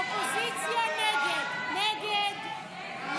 סעיף 51, כהצעת הוועדה,